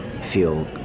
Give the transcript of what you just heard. feel